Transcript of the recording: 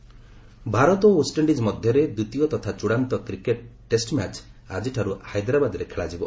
cricket Bharat ଓ West Indies ମଧ୍ୟରେ ଦ୍ୱିତୀୟ ତଥା ଚୂଡ଼ାନ୍ତ କ୍ରିକେଟ୍ ଟେଷ୍ଟ ମ୍ୟାଚ୍ ଆଜିଠାରୁ ହାଇଦ୍ରାବାଦ୍ରେ ଖେଳାଯିବ